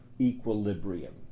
equilibrium